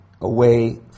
away